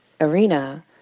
arena